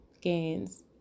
gains